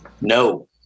no